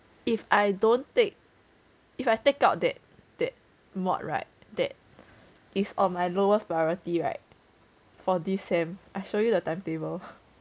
if I don't take if I take out that that mod right that is all my lowest priority right for this sem I show you the timetable